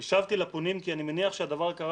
השבתי לפונים כי אני מניח שהדבר קרה